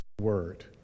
word